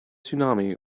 tsunami